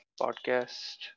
podcast